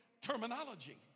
terminology